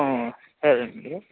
సరేనండీ